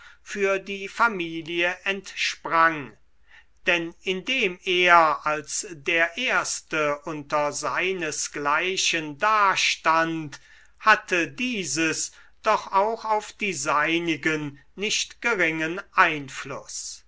für die familie entsprang denn indem er als der erste unter seinesgleichen dastand hatte dieses doch auch auf die seinigen nicht geringen einfluß